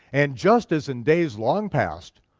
and just as in days long past,